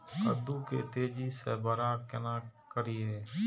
कद्दू के तेजी से बड़ा केना करिए?